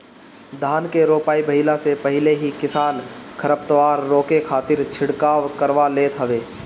धान के रोपाई भइला से पहिले ही किसान खरपतवार रोके खातिर छिड़काव करवा लेत हवे